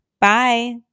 Bye